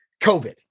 COVID